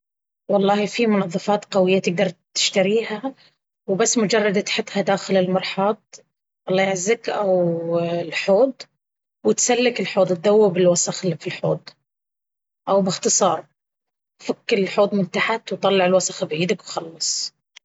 والله في منظفات قوية تقدر تشتريها وبس مجرد تحطها داخل المرحاض الله يعزك أو الحوض... وتسلك الحوض تذوب الوصخ اللي في الحوض أو بإختصار فك الحوض من تحت وطلع الوصخ بإيدك وخلاص.